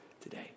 today